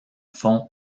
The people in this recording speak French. fond